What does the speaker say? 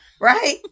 Right